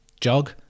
jog